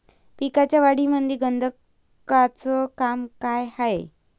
पिकाच्या वाढीमंदी गंधकाचं का काम हाये?